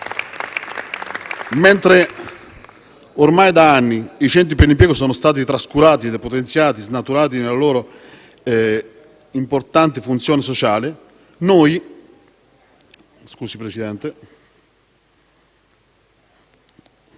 Mentre per anni i centri per l'impiego sono stati trascurati, depotenziati, snaturati nella loro importante funzione sociale, noi